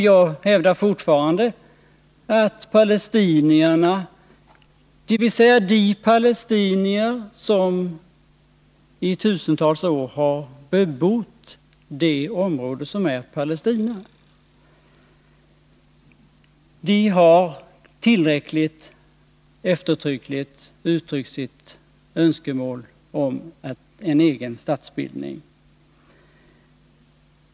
Jag hävdar fortfarande att palestinierna — dvs. de palestinier som i tusentals år har bebott det område som är Palestina — tillräckligt eftertryckligt har uttryckt sitt önskemål om en egen statsbildning.